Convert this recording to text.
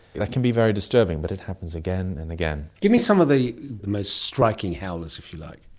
that can be very disturbing but it happens again and again. give me some of the most striking howlers, if you like.